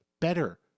Better